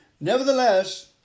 Nevertheless